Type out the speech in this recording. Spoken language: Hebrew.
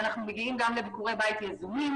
אנחנו מגיעים גם לביקורי בית יזומים